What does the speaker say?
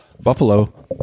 Buffalo